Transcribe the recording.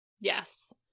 Yes